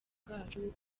bwacu